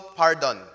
pardon